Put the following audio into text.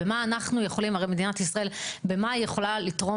במה מדינת ישראל יכולה לתרום